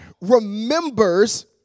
remembers